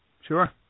Sure